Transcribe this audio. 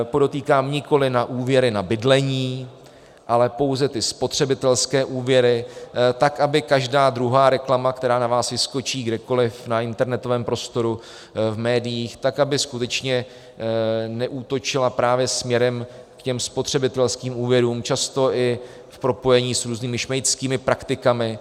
Podotýkám nikoliv na úvěry na bydlení, ale pouze ty spotřebitelské úvěry, tak aby každá druhá reklama, která na vás vyskočí kdekoli na internetovém prostoru, v médiích, skutečně neútočila právě směrem k těm spotřebitelským úvěrům, často i v propojení s různými šmejdskými praktikami.